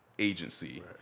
Agency